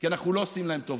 כי אנחנו לא עושים להם טובה.